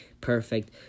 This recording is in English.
Perfect